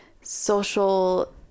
social